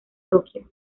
tokio